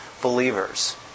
believers